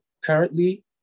Currently